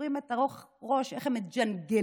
שוברים את הראש איך הם מג'גלים